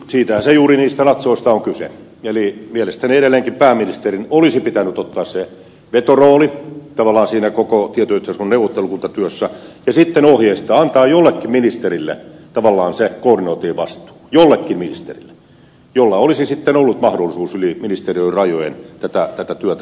siitähän se juuri niistä natsoista on kyse eli mielestäni edelleenkin pääministerin olisi pitänyt ottaa se vetorooli tavallaan siinä koko tietoyhteiskunnan neuvottelukuntatyössä ja sitten ohjeistaa antaa jollekin ministerille tavallaan se koordinointi ja vastuu jollekin ministerille jolla olisi sitten ollut mahdollisuus yli ministeriön rajojen tätä työtä johtaa